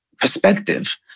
perspective